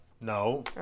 no